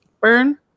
Burn